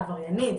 עבריינית,